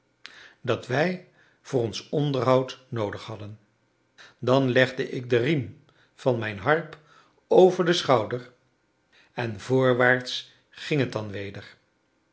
dat wij voor ons onderhoud noodig hadden dan legde ik den riem van mijne harp over den schouder en voorwaarts ging het dan weder